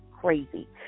crazy